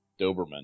Doberman